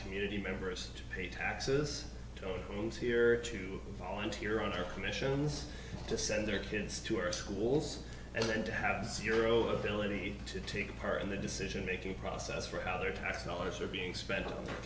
community members to pay taxes to go on to here to volunteer on our commissions to send their kids to our schools and then to have zero ability to take part in the decision making process for how their tax dollars are being spent on